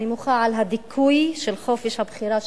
אני מוחה על הדיכוי של חופש הבחירה שלהם,